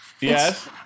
Yes